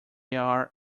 are